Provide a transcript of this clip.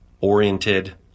oriented